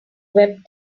web